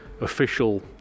official